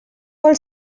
vol